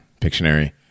Pictionary